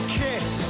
kiss